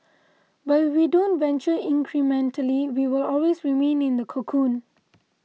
but if we don't venture incrementally we will always remain in the cocoon